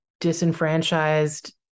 disenfranchised